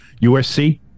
USC